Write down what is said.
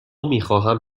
میخواهم